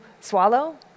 swallow